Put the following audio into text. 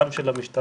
גם של המשטרה,